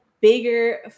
bigger